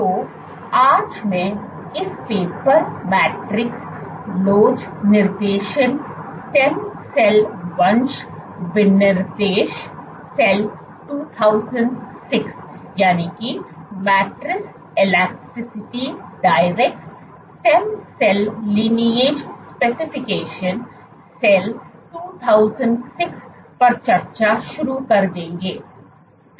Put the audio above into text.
तो आज मैं इस पेपर मैट्रिक्स लोच निर्देशन स्टेम सेल वंश विनिर्देश cell 2006 Matrix Elasticity directs stem cell lineage specification Cell 2006 पर चर्चा शुरू कर देंगे